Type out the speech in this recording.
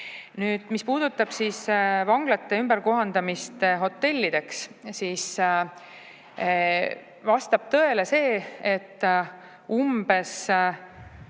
Nüüd, mis puudutab vanglate ümberkohandamist hotellideks, siis vastab tõele see, et umbes